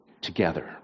together